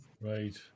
Right